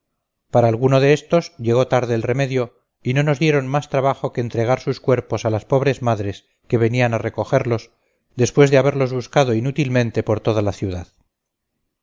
para algunos de estos llegó tarde el remedio y no nos dieron más trabajo que entregar sus cuerpos a las pobres madres que venían a recogerlos después de haberlos buscado inútilmente por toda la ciudad